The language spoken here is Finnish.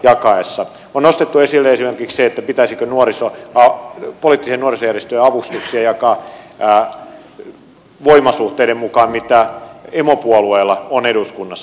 on nostettu esille esimerkiksi se pitäisikö poliittisten nuorisojärjestöjen avustuksia jakaa niiden voimasuhteiden mukaan mitä emopuolueilla on eduskunnassa